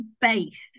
base